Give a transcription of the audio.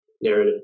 narrative